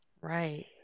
Right